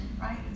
right